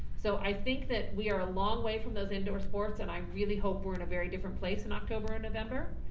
so i think that we are a long way from those indoor sports and i really hope we're in a very different place in october and november,